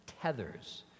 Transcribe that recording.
tethers